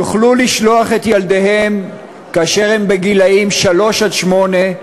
יוכלו לשלוח את ילדיהם כאשר הם בגילים שלוש שמונה,